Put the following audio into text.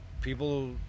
people